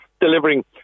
delivering